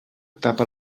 tapa